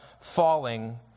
falling